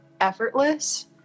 effortless